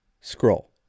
Scroll